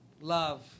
love